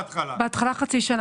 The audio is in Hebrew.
בהתחלה חצי שנה.